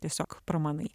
tiesiog pramanai